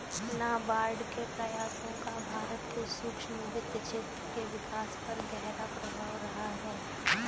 नाबार्ड के प्रयासों का भारत के सूक्ष्म वित्त क्षेत्र के विकास पर गहरा प्रभाव रहा है